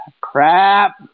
Crap